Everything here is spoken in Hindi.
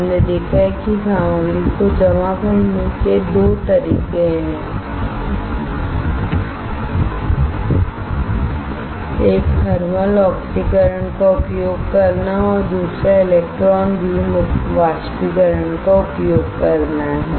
हमने देखा है कि सामग्री को जमा करने के 2 तरीके हैं एक थर्मल वाष्पीकरण का उपयोग करना और दूसरा इलेक्ट्रॉन बीम बाष्पीकरण का उपयोग करना है